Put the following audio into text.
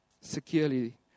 Securely